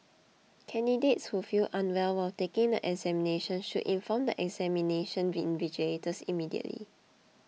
candidates who feel unwell while taking the examinations should inform the examination invigilators immediately